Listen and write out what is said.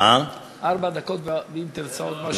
ארבע דקות, ואם תרצה אני אוסיף.